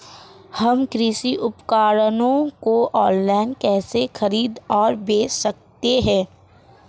हम कृषि उपकरणों को ऑनलाइन कैसे खरीद और बेच सकते हैं?